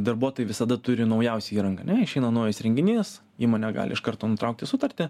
darbuotojai visada turi naujausią įrangą ne išeina naujas įrenginys įmonė gali iš karto nutraukti sutartį